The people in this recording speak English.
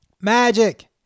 Magic